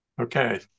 Okay